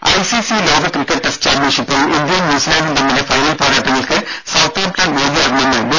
രംഭ ICC ലോക cricket test ചാമ്പ്യൻഷിപ്പിൽ ഇന്ത്യയും ന്യൂസിലാന്റും തമ്മിലെ ഫൈനൽ പോരാട്ടങ്ങൾക്ക് സൌത്താപ്ടൺ വേദിയാകുമെന്ന് ബി